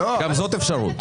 גם זאת אפשרות.